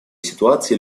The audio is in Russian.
ситуации